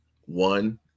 one